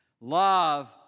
Love